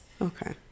Okay